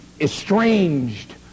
estranged